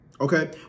Okay